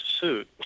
suit